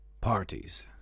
parties